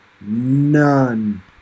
none